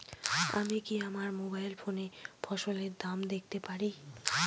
আমি কি আমার মোবাইল ফোনে ফসলের দাম দেখতে পারি?